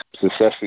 successfully